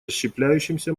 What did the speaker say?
расщепляющимся